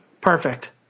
Perfect